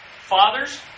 Fathers